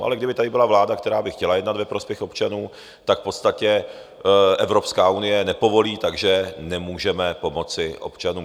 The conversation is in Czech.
Ale kdyby tady byla vláda, která by chtěla jednat ve prospěch občanů, tak v podstatě Evropská unie nepovolí, takže nemůžeme pomoci občanům.